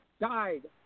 died